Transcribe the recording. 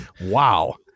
Wow